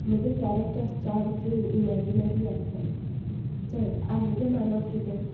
म्हूगे characters चोडशी imaginary आसताय चोय आमगे मानप कितें